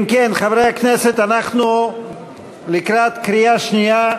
אם כן, חברי הכנסת, אנחנו לקראת קריאה שנייה,